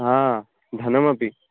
हा धनमपि